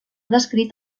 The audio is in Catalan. descrit